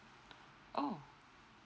oh